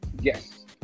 Yes